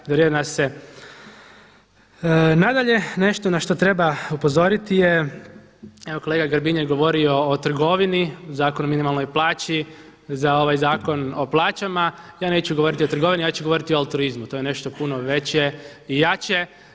Nadalje, nešto na što treba upozoriti je, evo kolega Grbin je govorio o trgovini, Zakon o minimalnoj plaći za ovaj Zakon o plaćama, ja neću govoriti o trgovini ja ću govoriti o altruizmu to je nešto puno veće i jače.